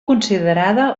considerada